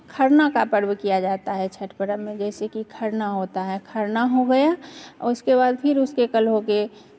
खरना का पर्व किया जाता है छठ पर्व में जैसे कि खरना होता है खरना हो गया और उसके बाद फिर उसके कल होके